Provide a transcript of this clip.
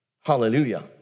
hallelujah